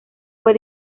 fue